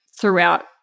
throughout